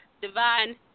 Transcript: divine